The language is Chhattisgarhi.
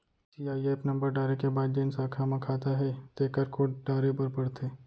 सीआईएफ नंबर डारे के बाद जेन साखा म खाता हे तेकर कोड डारे बर परथे